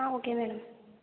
okay madam